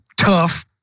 tough